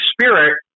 Spirit